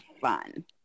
Fun